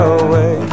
away